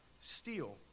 steal